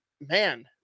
man